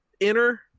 enter